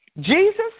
Jesus